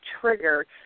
trigger